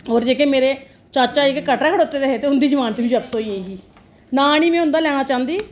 और जेहके मेरे चाचे जी कटरा खडोते दे हे उंदी जमानत वी जव्त होई गेई ही ना नेई में उंदा लेना चाहंदी